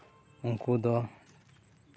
ᱩᱱᱠᱩ ᱫᱚ